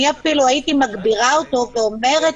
אני אפילו הייתי מגבירה אותו ואומרת